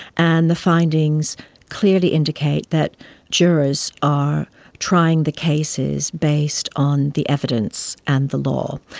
and the findings clearly indicate that jurors are trying the cases based on the evidence and the law.